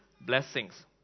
blessings